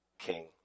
king